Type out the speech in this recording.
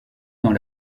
dans